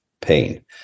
pain